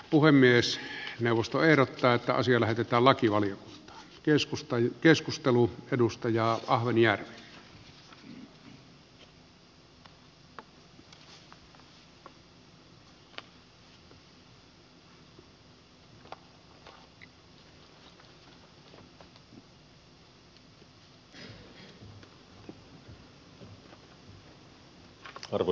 puhe myös neuvostoehdokkaita on siellä kitalakivalion keskustaan keskustelu edustaja arvoisa puhemies